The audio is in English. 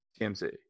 TMC